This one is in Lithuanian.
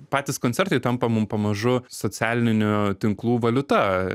patys koncertai tampa mum pamažu socialinių tinklų valiuta